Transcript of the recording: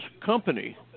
company